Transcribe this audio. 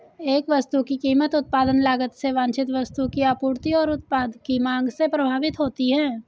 एक वस्तु की कीमत उत्पादन लागत से वांछित वस्तु की आपूर्ति और उत्पाद की मांग से प्रभावित होती है